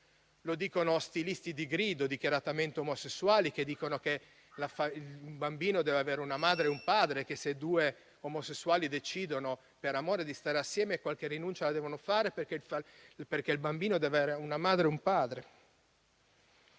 Lo dicono stilisti di grido, dichiaratamente omosessuali, per i quali il bambino deve avere una madre e un padre, che se due omosessuali decidono per amore di stare assieme qualche rinuncia la devono fare, perché il bambino deve avere una madre e un padre.